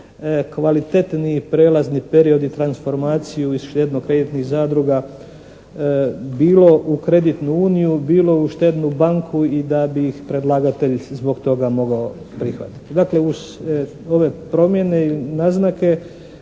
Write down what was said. kvalitetniji prijelazni period i transformaciju iz štedno-kreditnih zadruga bilo u kreditnu uniju bilo u štednu banku i da bi ih predlagatelj zbog toga mogao prihvatiti. Dakle uz ove promjene i naznake